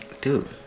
Dude